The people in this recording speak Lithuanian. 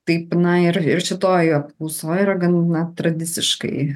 taip na ir ir šitoj apklausoj yra gana tradiciškai